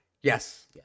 yes